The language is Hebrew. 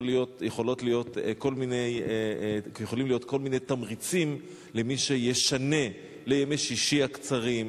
יכולים להיות כל מיני תמריצים למי שישנה לימי שישי הקצרים,